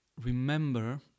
remember